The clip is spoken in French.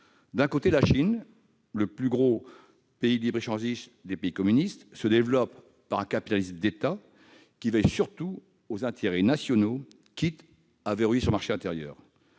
D'un côté, la Chine, le plus libre-échangiste des pays communistes, se développe par un capitalisme d'État qui veille surtout aux intérêts nationaux, quitte à verrouiller son marché intérieur.